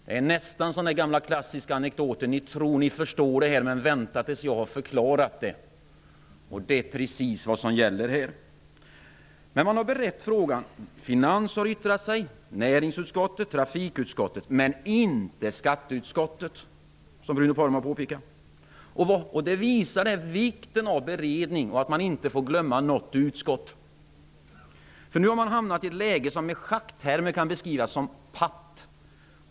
Det är nästan som den gamla klassiska anekdoten: Ni tror ni förstår det här, men vänta tills jag har förklarat det! Det är precis vad som gäller här. Frågan har beretts. Finansutskottet har yttrat sig, näringsutskottet och trafikutskottet, men inte skatteutskottet -- som Bruno Poromaa påpekade. Det visade vikten av beredning, och att man inte får glömma något utskott. Nu har man hamnat i ett läge som i schacktermer kan beskrivas som patt.